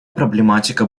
проблематика